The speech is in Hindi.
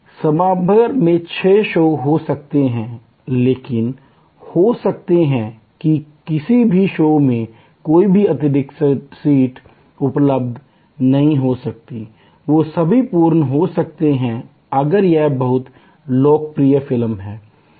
एक सभागार में छह शो हो सकते हैं लेकिन हो सकते हैं किसी भी शो में कोई भी अतिरिक्त सीट उपलब्ध नहीं हो सकती है वे सभी पूर्ण हो सकते हैं अगर यह बहुत लोकप्रिय फिल्म है